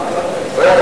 ועדת הפנים.